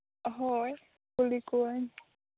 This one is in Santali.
ᱦᱳᱭ ᱠᱩᱞᱤ ᱠᱚᱣᱟᱹᱧ